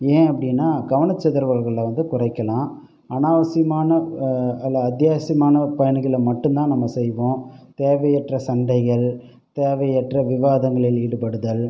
ஏன் அப்படின்னா கவனச் சிதறல்களை வந்து குறைக்கலாம் அனாவசியமான இல்லை அத்தியாவசியமான பணிகளை மட்டும்தான் நம்ம செய்வோம் தேவையற்ற சண்டைகள் தேவையற்ற விவாதங்களில் ஈடுபடுதல்